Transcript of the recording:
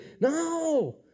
No